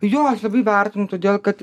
jo aš labai vertinu todėl kad